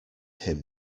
him